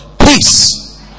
Peace